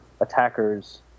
attackers